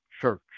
church